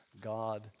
God